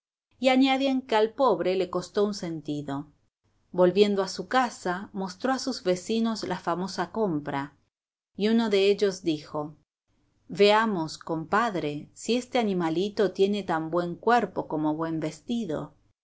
y añaden que al pobre le costó un sentido volviendo a su casa mostró a sus vecinos la famosa compra y uno de ellos dijo veamos compadre si este animalito tiene tan buen cuerpo como buen vestido